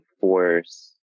force